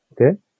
Okay